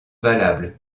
valable